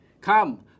Come